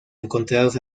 encontrados